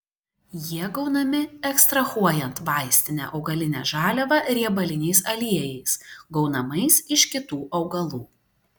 jie gaunami ekstrahuojant vaistinę augalinę žaliavą riebaliniais aliejais gaunamais iš kitų augalų